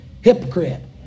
hypocrite